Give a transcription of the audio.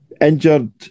Injured